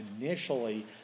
initially